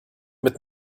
mit